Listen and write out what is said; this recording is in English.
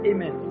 Amen